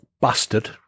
Bastard